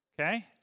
Okay